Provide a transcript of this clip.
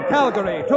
Calgary